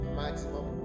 maximum